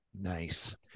Nice